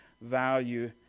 value